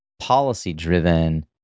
policy-driven